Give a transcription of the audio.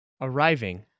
arriving